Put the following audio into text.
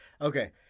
Okay